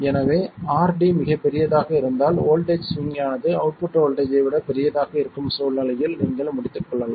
எனவே RD மிகப் பெரியதாக இருந்தால் வோல்ட்டேஜ் ஸ்விங் ஆனது அவுட்புட் வோல்ட்டேஜ் ஐ விட பெரியதாக இருக்கும் சூழ்நிலையில் நீங்கள் முடித்துக்கொள்ளலாம்